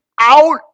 out